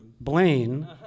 Blaine